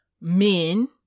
men